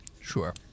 Sure